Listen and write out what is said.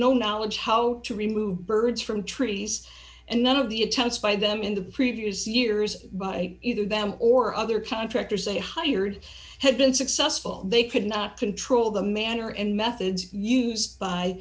no knowledge of how to remove birds from trees and none of the attempts by them in the previous years by either them or other contractors they hired had been successful they could not control the manner and methods